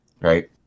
Right